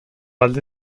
alde